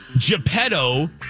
Geppetto